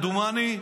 כמדומני,